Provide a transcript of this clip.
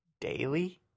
daily